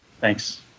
Thanks